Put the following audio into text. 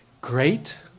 great